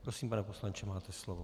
Prosím, pane poslanče, máte slovo.